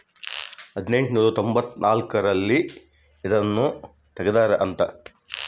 ಹದಿನೆಂಟನೂರ ತೊಂಭತ್ತ ನಾಲ್ಕ್ ರಲ್ಲಿ ಇದುನ ತೆಗ್ದಾರ ಅಂತ